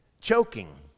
Choking